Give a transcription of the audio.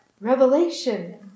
revelation